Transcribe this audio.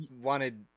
wanted